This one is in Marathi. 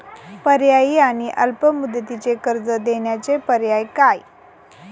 पर्यायी आणि अल्प मुदतीचे कर्ज देण्याचे पर्याय काय?